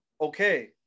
Okay